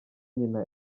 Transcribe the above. nyina